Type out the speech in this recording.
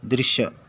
ದೃಶ್ಯ